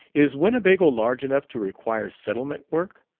is winnebago large enough to require settlement-work?